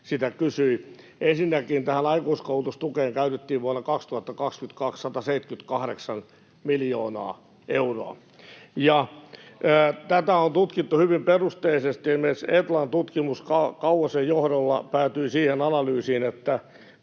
siitä kysyi. Ensinnäkin tähän aikuiskoulutustukeen käytettiin 178 miljoonaa euroa vuonna 2022. Tätä on tutkittu hyvin perusteellisesti, esimerkiksi Etlan tutkimus Antti Kauhasen johdolla päätyi siihen analyysiin, että